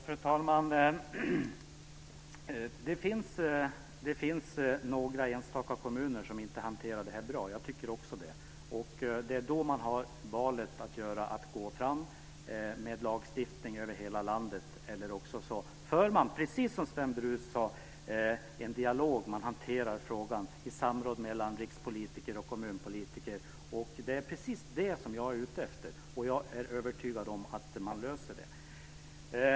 Fru talman! Också jag menar att det finns några enstaka kommuner som inte hanterar det här bra. Då har man att välja mellan att gå fram med lagstiftning över hela landet eller att föra en dialog där man hanterar frågan i samråd mellan rikspolitiker och kommunpolitiker. Det är precis detta som jag är ute efter. Jag är övertygad om att man klarar detta.